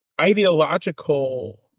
ideological